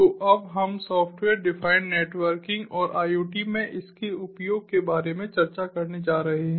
तो अब हम सॉफ्टवेयर डिफाइंड नेटवर्किंग और IoT में इसके उपयोग के बारे में चर्चा करने जा रहे हैं